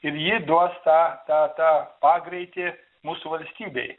ir jį duos tą tą pagreitį mūsų valstybei